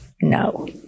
no